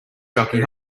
jockey